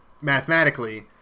mathematically